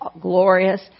glorious